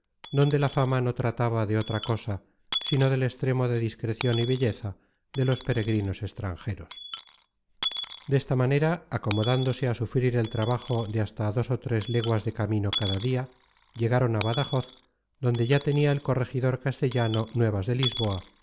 donde la fama no trataba de otra cosa sino del extremo de discrecion y belleza de los peregrinos extranjeros desta manera acomodándose á sufrir el trabajo de hasta dos ó tres leguas de camino cada dia llegaron á badajoz donde ya tenia el corregidor castellano nuevas de lisboa